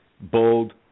Bold